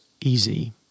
easy